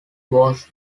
was